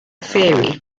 fairy